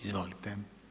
Izvolite.